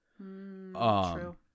True